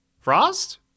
Frost